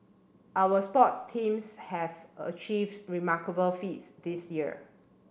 our sports teams have achieved remarkable feats this year